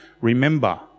remember